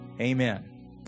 amen